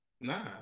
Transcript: Nah